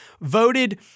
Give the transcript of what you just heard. voted